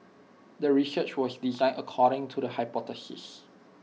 the research was design according to the hypothesis